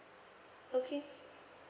okay